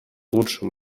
лучшему